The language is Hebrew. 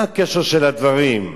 מה הקשר של הדברים?